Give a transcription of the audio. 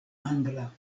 angla